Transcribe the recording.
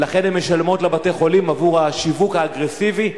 והן משלמות לבתי-החולים עבור השיווק האגרסיבי,